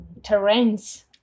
terrains